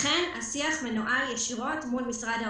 השיח מנוהל ישירות מול משרד האוצר,